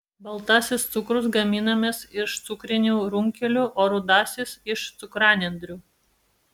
baltasis cukrus gaminamas iš cukrinių runkelių o rudasis iš cukranendrių